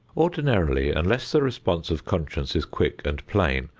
ordinarily unless the response of conscience is quick and plain,